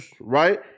Right